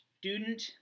student